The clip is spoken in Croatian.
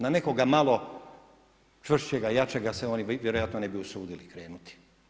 Na nekoga malo čvršćega jačega se oni vjerojatno ne bi usudili krenuti.